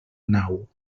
nau